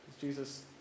Jesus